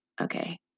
Okay